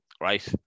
right